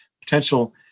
potential